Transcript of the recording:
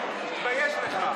ואיך אמר?